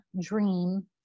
dream